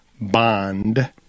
bond